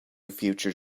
future